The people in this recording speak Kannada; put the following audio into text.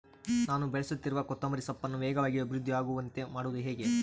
ನಾನು ಬೆಳೆಸುತ್ತಿರುವ ಕೊತ್ತಂಬರಿ ಸೊಪ್ಪನ್ನು ವೇಗವಾಗಿ ಅಭಿವೃದ್ಧಿ ಆಗುವಂತೆ ಮಾಡುವುದು ಹೇಗೆ?